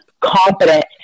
confident